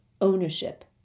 ownership